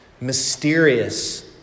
mysterious